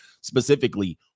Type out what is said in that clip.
specifically